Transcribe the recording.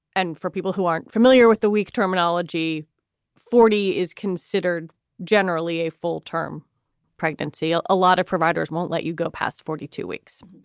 and for people who aren't familiar with the week, terminology forty is considered generally a full term pregnancy. ah a lot of providers won't let you go past forty two weeks.